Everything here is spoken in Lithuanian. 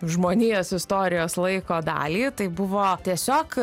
žmonijos istorijos laiko dalį tai buvo tiesiog